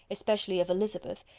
especially of elizabeth,